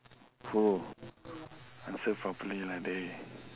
who answer properly lah dey